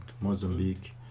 Mozambique